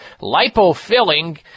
Lipofilling